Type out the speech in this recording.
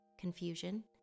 confusion